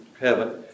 heaven